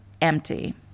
empty